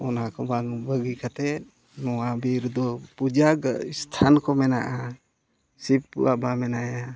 ᱚᱱᱟ ᱠᱚ ᱵᱟᱝ ᱵᱟᱹᱜᱤ ᱠᱟᱛᱮᱫ ᱱᱚᱣᱟ ᱵᱤᱨ ᱫᱚ ᱯᱩᱡᱟᱹ ᱥᱛᱷᱟᱱ ᱠᱚ ᱢᱮᱱᱟᱜᱼᱟ ᱥᱤᱵ ᱵᱟᱵᱟ ᱢᱮᱱᱟᱭᱟ